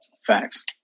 facts